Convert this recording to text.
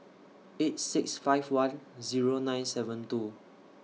eight six five one Zero nine seven two